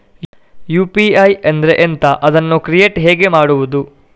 UPI ಅಂದ್ರೆ ಎಂಥ? ಅದನ್ನು ಕ್ರಿಯೇಟ್ ಹೇಗೆ ಮಾಡುವುದು?